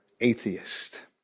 atheist